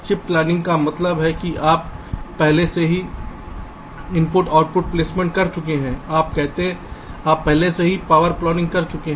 chip planning का मतलब है कि आप पहले से ही I O प्लेसमेंट कर चुके हैं आप पहले से ही पावर प्लानिंग कर चुके हैं